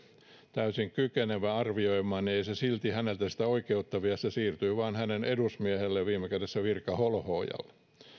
täysin kykenevä arvioimaan niin ei se silti häneltä sitä oikeutta vie se vain siirtyy hänen edusmiehelleen viime kädessä virkaholhoojalle